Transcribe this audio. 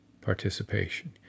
participation